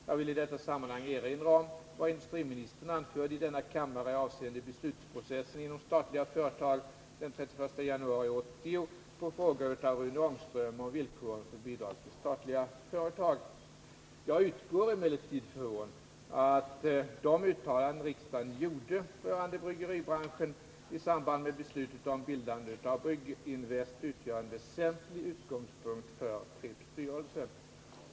Jag vill i detta sammanhang erinra om vad industriministern, på fråga av Rune Ångström om villkoren för bidrag till statliga företag, den 31 januari 1980 i denna kammare anförde avseende beslutsprocessen inom statliga företag. Jag utgår emellertid från att de uttalanden riksdagen gjorde rörande bryggeribranschen i samband med beslutet om bildandet av Brygginvest utgör en väsentlig utgångspunkt för Pripps styrelse.